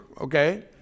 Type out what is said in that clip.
okay